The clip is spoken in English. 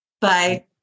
bye